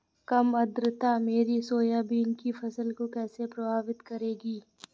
कम आर्द्रता मेरी सोयाबीन की फसल को कैसे प्रभावित करेगी?